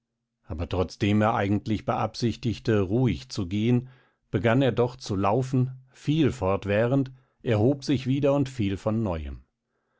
aber trotzdem er eigentlich beabsichtigte ruhig zu gehen begann er doch zu laufen fiel fortwährend erhob sich wieder und fiel von neuem